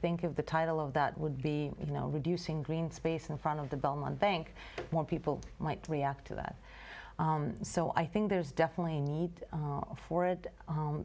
think of the title of that would be you know reducing green space in front of the belmont bank more people might react to that so i think there's definitely a need for it